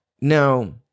now